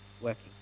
working